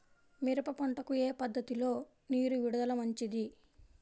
మిరప పంటకు ఏ పద్ధతిలో నీరు విడుదల మంచిది?